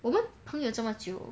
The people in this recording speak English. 我们朋友这么久